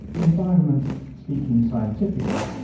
environment, speaking scientifically,